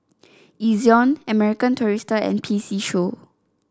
Ezion American Tourister and P C Show